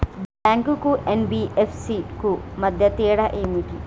Bank కు NBFC కు మధ్య తేడా ఏమిటి?